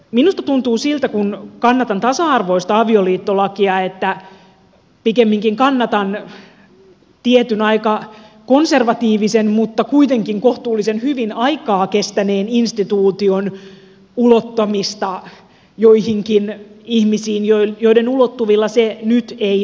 minusta tuntuu siltä kun kannatan tasa arvoista avioliittolakia että pikemminkin kannatan tietyn aika konservatiivisen mutta kuitenkin kohtuullisen hyvin aikaa kestäneen instituution ulottamista joihinkin ihmisiin joiden ulottuvilla se nyt ei ole